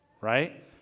right